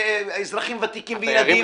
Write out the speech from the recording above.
אזרחים ותיקים וילדים.